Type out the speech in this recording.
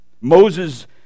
Moses